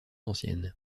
ancienne